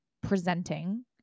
presenting